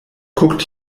guckt